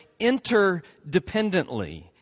interdependently